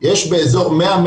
יש באזור 100,000,